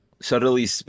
subtly